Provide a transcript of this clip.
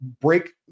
break